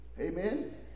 Amen